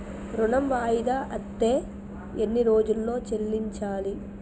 ఋణం వాయిదా అత్తే ఎన్ని రోజుల్లో చెల్లించాలి?